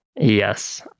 Yes